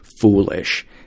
foolish